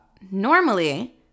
Normally